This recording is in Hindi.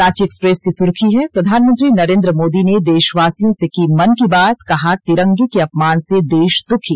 रांची एक्सप्रेस की सुर्खी है प्रधानमंत्री नरेन्द्र मोदी ने देशवासियों से की मन की बाते कहा तिरंगे के अपमान से देश दुःखी